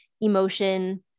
emotion